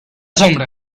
sombra